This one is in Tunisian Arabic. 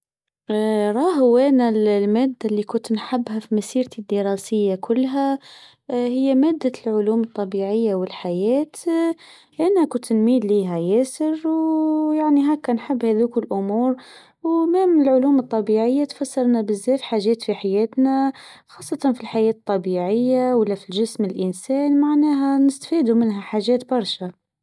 راه وين الماده إللي كنت نحبها في مسيرتي الدراسيه كلها هي مادة العلوم الطبيعيه والحياة لانها كنت نميل لها ياسر ويعني هكا نحب هذوك الأمور ومن العلوم الطبيعيه تفسرنا بزاف حاجات في حياتنا خاصه في الحياه الطبيعيه ولا في الجسم الانسان معناها نستفادوا منها حاجات برشا.